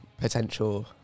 potential